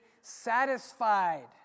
satisfied